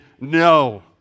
No